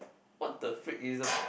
what the freak he's a